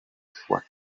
choix